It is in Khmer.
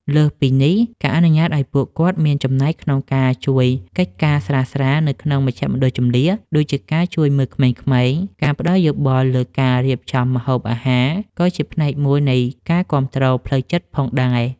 លើសពីនេះ ការអនុញ្ញាតឱ្យពួកគាត់មានចំណែកក្នុងការជួយកិច្ចការស្រាលៗនៅក្នុងមជ្ឈមណ្ឌលជម្លៀស ដូចជាការជួយមើលក្មេងៗ ឬការផ្ដល់យោបល់លើការរៀបចំម្ហូបអាហារ ក៏ជាផ្នែកមួយនៃការគាំទ្រផ្លូវចិត្តផងដែរ។